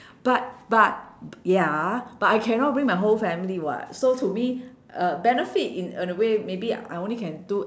but but b~ ya but I cannot bring my whole family [what] so to me uh benefit in a a way maybe I only can do